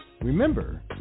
Remember